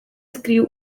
escriu